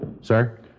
Sir